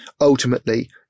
Ultimately